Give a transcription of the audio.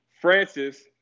francis